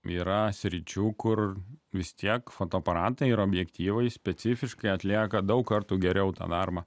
nėra sričių kur vis tiek fotoaparatai objektyvai specifiškai atlieka daug kartų geriau tą darbą